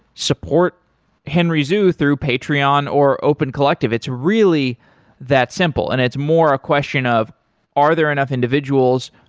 support henry zhu through patreon, or opencollective, it's really that simple and it's more a question of are there enough individuals?